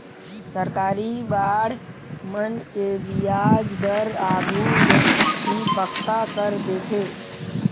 सरकारी बांड मन के बियाज दर आघु ले ही पक्का कर देथे